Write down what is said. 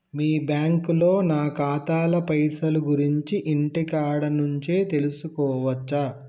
మీ బ్యాంకులో నా ఖాతాల పైసల గురించి ఇంటికాడ నుంచే తెలుసుకోవచ్చా?